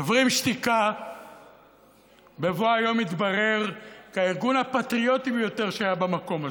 שוברים שתיקה בבוא היום יתברר כארגון הפטריוטי ביותר שהיה במקום הזה,